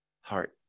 heart